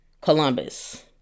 Columbus